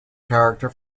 character